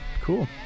Cool